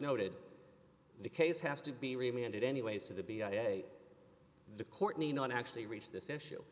noted the case has to be reminded anyways of the b s a the cortney not actually reach this issue